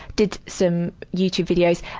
did some youtube videos.